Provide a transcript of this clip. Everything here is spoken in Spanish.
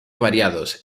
variados